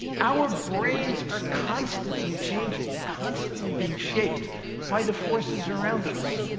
our brains are constantly changing, constantly being shaped by the forces around us.